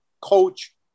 coach